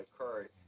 occurred